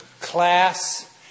class